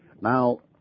Now